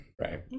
Right